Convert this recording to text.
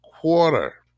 quarter –